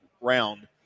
round